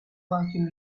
welcome